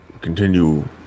continue